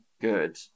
good